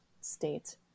state